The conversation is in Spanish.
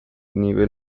nivel